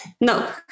no